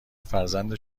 فرزند